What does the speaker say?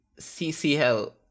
CCL